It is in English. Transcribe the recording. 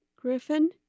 Griffin